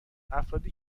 افرادی